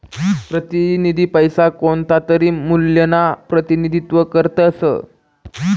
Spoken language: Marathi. प्रतिनिधी पैसा कोणतातरी मूल्यना प्रतिनिधित्व करतस